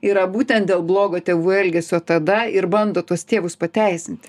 yra būtent dėl blogo tėvų elgesio tada ir bando tuos tėvus pateisinti